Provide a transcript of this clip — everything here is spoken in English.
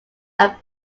are